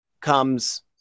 comes